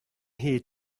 here